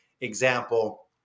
example